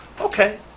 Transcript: okay